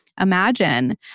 imagine